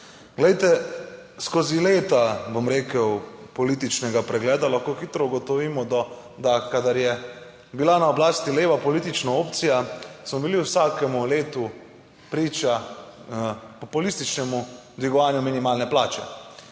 Glejte skozi leta bom rekel političnega pregleda lahko hitro ugotovimo, da kadar je bila na oblasti leva politična opcija, smo bili v vsakem letu priča populističnemu dvigovanju minimalne plače.